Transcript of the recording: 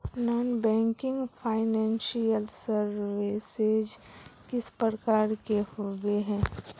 Non banking financial services किस प्रकार के होबे है?